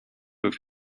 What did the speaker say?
with